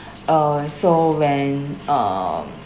uh so when um